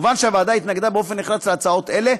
מובן שהוועדה התנגדה באופן נחרץ להצעות האלה,